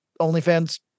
OnlyFans